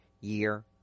year